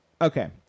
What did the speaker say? Okay